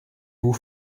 vous